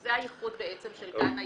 זה הייחוד בעצם של גן הילדים.